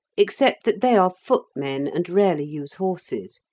except that they are foot men and rarely use horses,